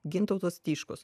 gintautas tiškus